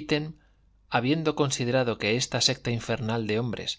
ítem habiendo considerado que esta secta infernal de hombres